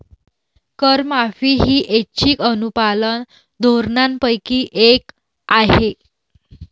करमाफी ही ऐच्छिक अनुपालन धोरणांपैकी एक आहे